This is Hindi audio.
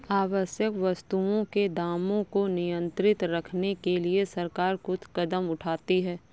आवश्यक वस्तुओं के दामों को नियंत्रित रखने के लिए सरकार कुछ कदम उठाती है